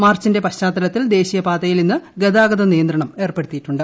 മാർച്ചിന്റെ പശ്ചാത്തലത്തിൽ ദേശീയപാതയിൽ ഇന്ന് ഗതാഗത നിയന്ത്രണം ഏർപ്പെടുത്തിയിട്ടുണ്ട്